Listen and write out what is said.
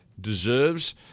deserves